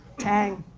tang.